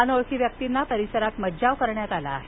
अनोळखी व्यक्तींना परिसरात मज्जाव करण्यात आला आहे